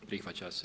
Prihvaća se.